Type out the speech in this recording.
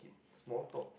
small top